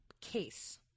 case